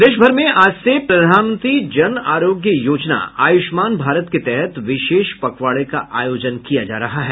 प्रदेश भर में आज से प्रधानमंत्री जन आरोग्य योजना आयुष्मान भारत के तहत विशेष पखवाड़े का आयोजन किया जा रहा है